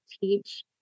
teach